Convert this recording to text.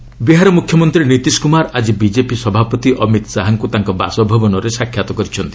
ନୀତିଶ କେଡିୟୁ ବିହାର ମୁଖ୍ୟମନ୍ତ୍ରୀ ନୀତିଶ କୁମାର ଆଜି ବିଜେପି ସଭାପତି ଅମିତ୍ ଶାହାଙ୍କୁ ତାଙ୍କ ବାସଭବନରେ ସାକ୍ଷାତ୍ କରିଛନ୍ତି